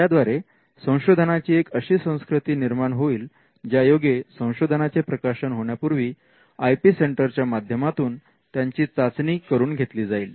याद्वारे संशोधनाची एक अशी संस्कृती निर्माण होईल ज्यायोगे संशोधनांचे प्रकाशन होण्यापूर्वी आय पी सेंटरच्या माध्यमातून त्यांची चाचणी करून घेतली जाईल